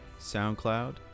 SoundCloud